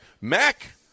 Mac